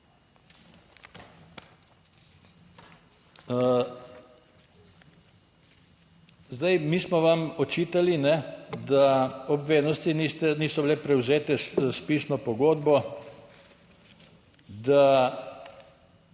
Mi smo vam očitali, da obveznosti niso bile prevzete pisno pogodbo, da